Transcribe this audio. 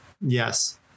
Yes